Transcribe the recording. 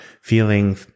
feeling